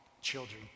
children